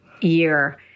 year